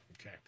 Okay